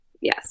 Yes